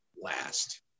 last